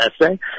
essay